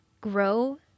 grow